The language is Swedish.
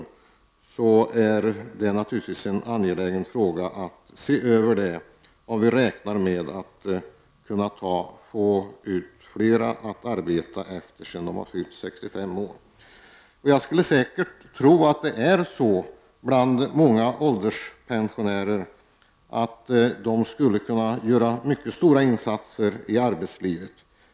Det är naturligtvis angeläget att se över detta, och vi räknar med att kunna få ut fler i arbete efter det att de har fyllt 65 år. Jag tror att många ålderspensionärer skulle kunna göra mycket stora insatser i arbetslivet.